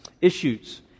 issues